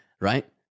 right